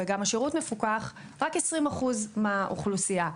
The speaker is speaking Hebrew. וגם השרות מפוקח רק 20% מהאוכלוסייה.